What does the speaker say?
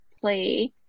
play